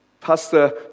Pastor